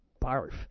barf